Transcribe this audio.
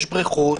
יש בריכות,